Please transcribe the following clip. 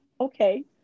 okay